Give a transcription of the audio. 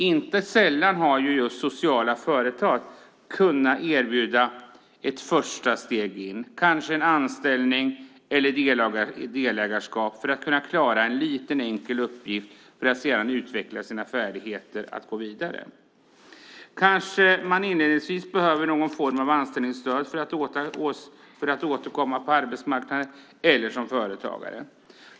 Inte sällan har just sociala företag kunnat erbjuda dessa människor ett första steg in på arbetsmarknaden - kanske en anställning eller ett delägarskap - för att de ska kunna klara en liten enkel uppgift för att de sedan ska kunna utveckla sina färdigheter och gå vidare. Dessa människor kanske inledningsvis behöver någon form av anställningsstöd för att återkomma till arbetsmarknaden som anställd eller som företagare.